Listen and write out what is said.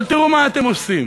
אבל תראו מה אתם עושים: